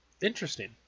Interesting